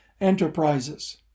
enterprises